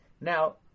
Now